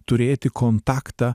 turėti kontaktą